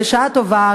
בשעה טובה,